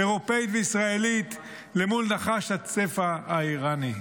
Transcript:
אירופית וישראלית למול נחש הצפע האיראני.